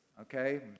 okay